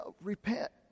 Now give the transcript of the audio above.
repent